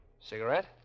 Cigarette